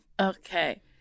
Okay